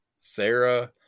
Sarah